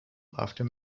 after